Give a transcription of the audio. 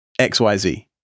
XYZ